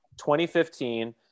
2015